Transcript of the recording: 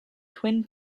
twin